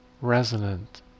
resonant